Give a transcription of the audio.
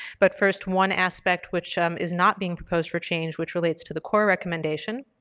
but, first, one aspect which um is not being proposed for change which relates to the core recommendation,